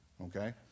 Okay